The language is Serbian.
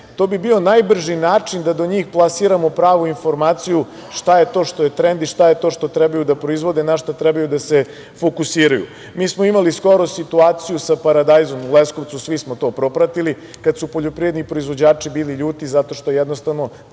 To bi bio najbrži način da do njih plasiramo pravu informaciju šta je to što je trend i šta je to što treba da proizvode, na šta treba da se fokusiraju. Mi smo imali skoro situaciju sa paradajzom u Leskovcu, svi smo to propratili, kada su poljoprivredni proizvođači bili ljuti zato što je jednostavno